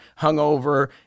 hungover